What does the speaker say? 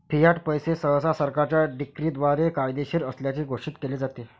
Fiat पैसे सहसा सरकारच्या डिक्रीद्वारे कायदेशीर असल्याचे घोषित केले जाते